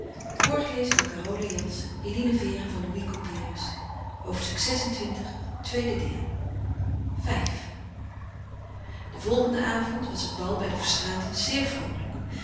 wel lastig v den volgenden avond was het bal bij de verstraetens zeer vroolijk